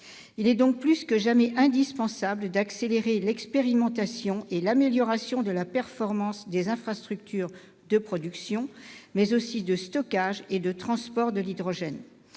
Il est donc plus que jamais indispensable d'accélérer l'expérimentation et l'amélioration de la performance des infrastructures de production, mais aussi de stockage et de transport de l'hydrogène.